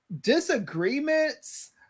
disagreements